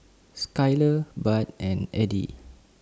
Skyler Bart and Eddy